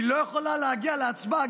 והיא לא יכולה להגיע להצבעה,